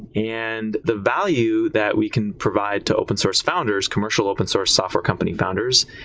and the value that we can provide to open source founders, commercial open source software company founders,